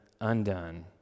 undone